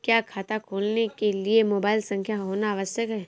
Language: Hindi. क्या खाता खोलने के लिए मोबाइल संख्या होना आवश्यक है?